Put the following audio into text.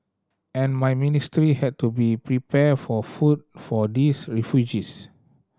and my ministry had to be prepare for food for these refugees